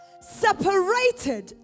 separated